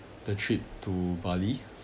the trip to bali